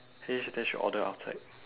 hey then should order outside